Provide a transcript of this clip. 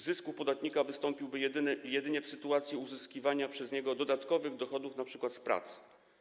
Zysk u podatnika wystąpiłby jedynie w sytuacji uzyskiwania przez niego dodatkowych dochodów, np. z pracy.